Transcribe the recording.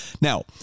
Now